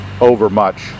overmuch